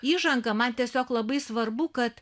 įžangą man tiesiog labai svarbu kad